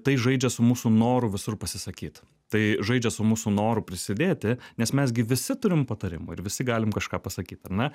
tai žaidžia su mūsų noru visur pasisakyt tai žaidžia su mūsų noru prisidėti nes mes gi visi turim patarimų ir visi galim kažką pasakyt ar ne